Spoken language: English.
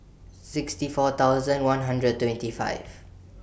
sixty four thousand one hundred twenty five